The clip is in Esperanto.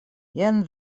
jen